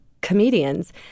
comedians